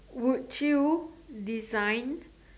would you design